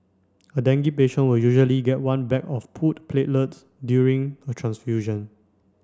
a dengue patient will usually get one bag of pooled platelets during a transfusion